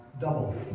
double